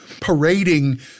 parading –